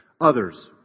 Others